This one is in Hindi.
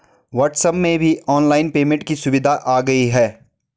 व्हाट्सएप में भी ऑनलाइन पेमेंट की सुविधा आ गई है